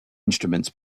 instruments